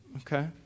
Okay